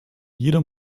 jeder